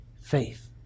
faith